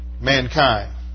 mankind